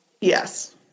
Yes